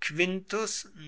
quintus